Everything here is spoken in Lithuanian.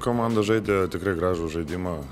komanda žaidė tikrai gražų žaidimą